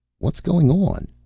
what's going on?